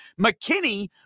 McKinney